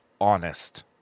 honest